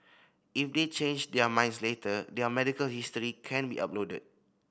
if they change their minds later their medical history can be uploaded